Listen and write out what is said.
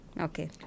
Okay